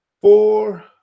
four